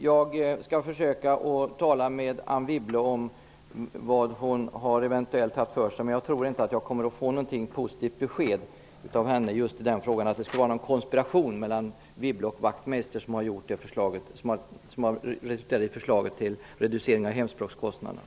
Jag skall försöka att tala med Anne Wibble om vad hon eventuellt har haft för sig, men jag tror inte att jag kommer att få ett positivt besked i fråga om att det skulle vara en konspiration mellan henne och Wachtmeister som har resulterat i förslaget till reducering av hemspråkskostnaderna.